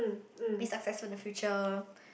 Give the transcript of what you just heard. be successful in the future